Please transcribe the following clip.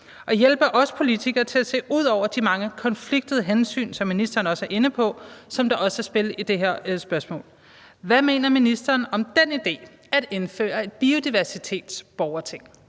og hjælpe os politikere til at se ud over de mange konfliktende hensyn, som ministeren også er inde på, og som er i spil i det her spørgsmål. Hvad mener ministeren om idéen om at indføre et biodiversitetsborgerting?